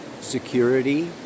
security